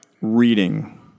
reading